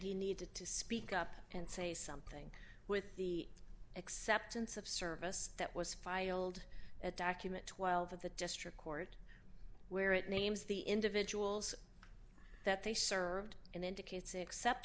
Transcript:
he needed to speak up and say something with the acceptance of service that was filed at document twelve of the district court where it names the individuals that they served in indicates except